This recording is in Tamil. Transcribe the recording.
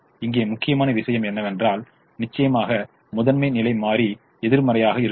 இங்கே முக்கியமான விஷயம் என்னவென்றால் நிச்சயமாக முதன்மை நிலை மாறி எதிர்மறையாக இருக்க வேண்டும்